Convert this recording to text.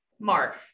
mark